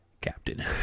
Captain